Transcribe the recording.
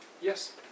Yes